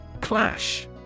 Clash